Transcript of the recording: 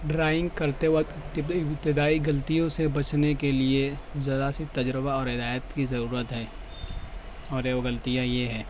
drawing کرتے وقت ابتدائی غلطیوں سے بچنے کے لیے ذرا سے تجربہ اور ہدایت کی ضرورت ہے اور وہ غلطیاں یہ ہیں